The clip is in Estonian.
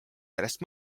sellest